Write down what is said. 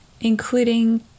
including